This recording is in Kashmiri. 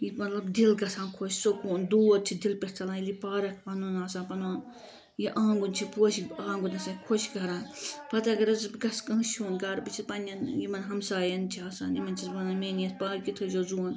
یہِ مطلب دِل گَژھان خۄش سَکوٗن دود چھُ دِلہٕ پٮ۪ٹھ ژلان ییٚلہِ یہِ پارک پَنُن آسان پَنُن یہِ آنگُن چھُ پوشہِ آنگُن گَژھان خۄش کَران پَتہٕ اَگر حظ بہٕ گَژھٕ کٲنسہِ ہُنٛد گَرٕ بہٕ چھس پَننٮ۪ن یِمن ہمساین چھِ آسان یِمن چھس بہٕ وَنان میانہِ یَتھ پارکہِ تھٲے زیو ذۄن